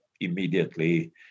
immediately